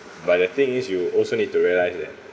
but the thing is you also need to realise that